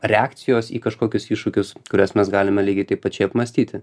reakcijos į kažkokius iššūkius kurias mes galime lygiai taip pačiai apmąstyti